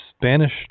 Spanish